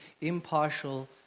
impartial